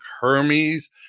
Hermes